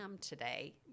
today